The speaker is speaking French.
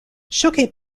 choqué